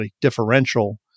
differential